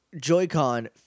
Joy-Con